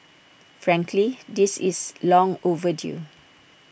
frankly this is long overdue